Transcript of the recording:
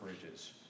bridges